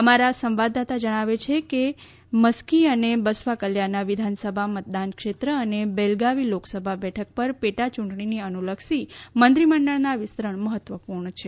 અમારા સંવાદદાતા જણાવે છે કે મસ્કી અને બસવાકલ્યાના વિધાનસભા મતદાન ક્ષેત્ર અને બેલગાવી લોકસભા બેઠક પર પેટાચૂંટણીને અનુલક્ષી મંત્રીમંડળમાં વિસ્તરણ મહત્વપૂર્ણ છે